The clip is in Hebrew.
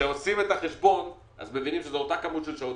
כשעושים את החשבון מבינים שזו אותה כמות של שעות,